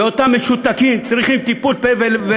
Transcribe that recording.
ואותם משותקים צריכים טיפול פה ולסת,